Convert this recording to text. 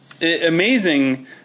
Amazing